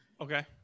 Okay